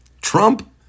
Trump